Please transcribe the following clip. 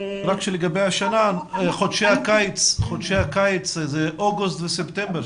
רק שלגבי השנה חודשי הקיץ זה אוגוסט וספטמבר,